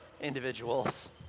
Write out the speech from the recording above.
individuals